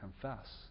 confess